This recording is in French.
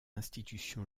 institution